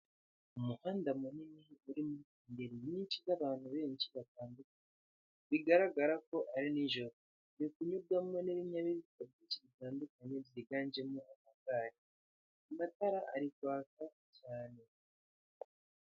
Umuhanda munini urimo ingeri nyinshi n'abantu benshi batandukanye; bigaragara ko ari nijoro. Uri kunyurwamo n'ibinyabiziga byinshiki bitandukanye byiganjemo amagare, amatara ari kwaka cyane.